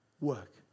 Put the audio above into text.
work